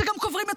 שגם קוברים את